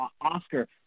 Oscar